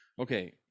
okay